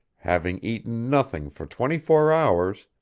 having eaten nothing for twenty-four hours,